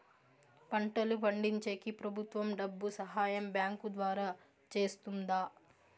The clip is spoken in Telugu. పంటలు పండించేకి ప్రభుత్వం డబ్బు సహాయం బ్యాంకు ద్వారా చేస్తుందా?